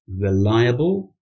reliable